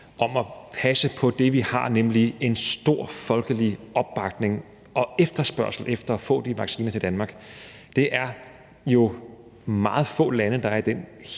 om at passe på det, som vi har, nemlig en stor folkelig opbakning og en efterspørgsel efter at få de vacciner til Danmark. Det er jo meget få lande, der er i den